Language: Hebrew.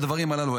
לדברים הללו.